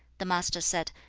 the master said,